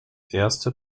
erste